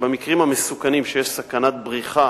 שבמקרים המסוכנים, כשיש סכנת בריחה